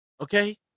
Okay